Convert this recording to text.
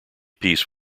peace